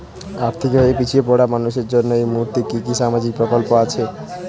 আর্থিক ভাবে পিছিয়ে পড়া মানুষের জন্য এই মুহূর্তে কি কি সামাজিক প্রকল্প আছে?